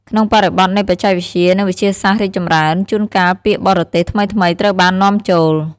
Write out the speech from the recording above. ក្នុងបរិបទនៃបច្ចេកវិទ្យា និងវិទ្យាសាស្ត្ររីកចម្រើន ជួនកាលពាក្យបរទេសថ្មីៗត្រូវបាននាំចូល។